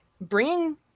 Bring